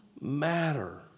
matter